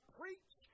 preach